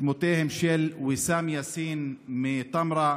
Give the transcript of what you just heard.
שמותיהם של ויסאם יאסין מטמרה,